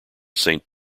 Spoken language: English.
saint